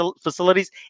facilities